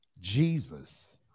Jesus